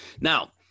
Now